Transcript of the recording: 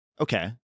Okay